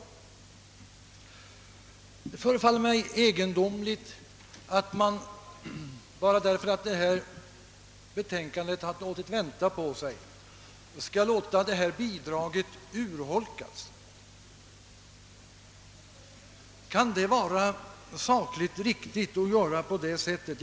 Det synes mig märkligt att man bara därför att detta betänkande låtit vänta på sig skall låta bidraget urholkas. Kan det vara sakligt riktigt att göra på det sättet?